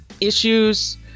issues